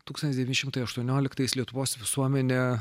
tūkstantis devyni šimtai aštuonioliktais lietuvos visuomenė